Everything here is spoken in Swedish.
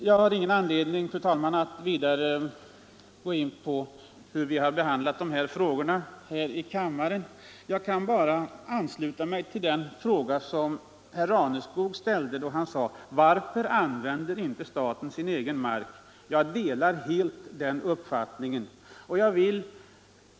Jag har ingen anledning, fru talman, att vidare gå in på hur vi har behandlat de här frågorna här i kammaren. Jag kan bara instämma i den fråga som herr Raneskog ställde: Varför använder inte staten sin egen mark?